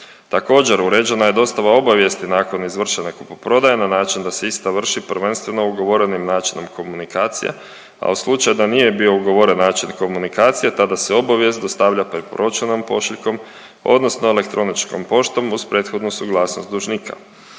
Također uređena je dostava obavijesti nakon izvršene kupoprodaje na način da se ista vrši prvenstveno ugovorenim načinom komunikacija, u slučaju da nije bio ugovoren način komunikacija tada se obavijest dostavlja preporučenom pošiljkom odnosno elektroničkom poštom uz prethodnu suglasnost dužnika.